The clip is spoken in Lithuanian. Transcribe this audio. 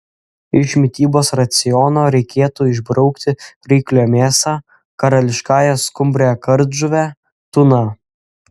iš mitybos raciono reikėtų išbraukti ryklio mėsą karališkąją skumbrę kardžuvę tuną